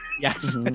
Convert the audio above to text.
Yes